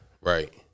right